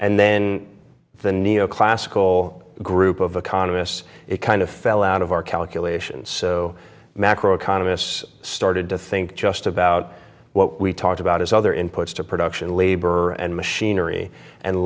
and then the neo classical group of economists it kind of fell out of our calculations so macro economists started to think just about what we talked about as other inputs to production labor and machinery and